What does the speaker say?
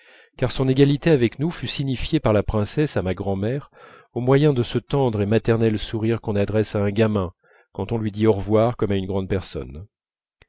car son égalité avec nous fut signifiée par la princesse à ma grand'mère au moyen de ce tendre et maternel sourire qu'on adresse à un gamin quand on lui dit au revoir comme à une grande personne